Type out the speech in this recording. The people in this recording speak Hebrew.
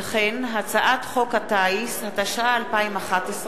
וכן הצעת חוק הטיס, התשע"א 2011,